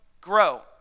grow